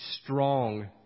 strong